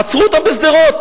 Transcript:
עצרו אותם בשדרות.